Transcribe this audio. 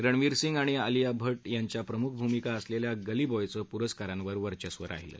रणवीर सिंग आणि आलिया भट्टयांच्या भूमिका असलेला गली बॅयचं पुरस्कारांवर वर्घस्व राहीलं